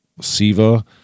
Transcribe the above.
Siva